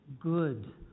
good